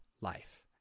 life